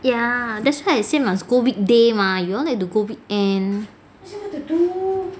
ya that's why I say must go weekday mah you all like to go weekend